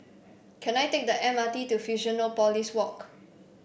can I take the M R T to Fusionopolis Walk